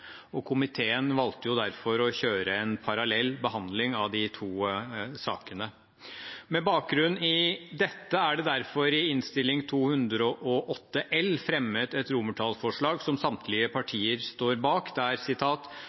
Komiteen valgte derfor å kjøre en parallell behandling av de to sakene. Med bakgrunn i dette er det derfor i Innst. 208 L for 2019–2020 fremmet et romertallsforslag som samtlige partier står bak: